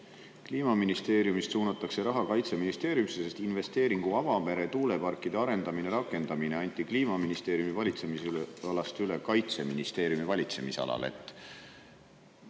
Kliimaministeeriumist suunatakse raha Kaitseministeeriumisse, sest investeeringu "Avamere tuuleparkide arendamine" rakendamine anti Kliimaministeeriumi valitsemisalast üle Kaitseministeeriumi valitsemisalasse.